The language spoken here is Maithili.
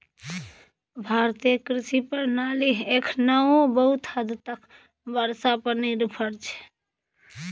भारतीय कृषि प्रणाली एखनहुँ बहुत हद तक बर्षा पर निर्भर छै